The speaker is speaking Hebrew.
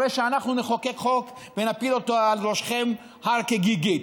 הרי שאנחנו נחוקק חוק ונפיל אותו על ראשכם הר כגיגית.